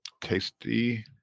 Tasty